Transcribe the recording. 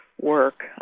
work